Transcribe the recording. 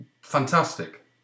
fantastic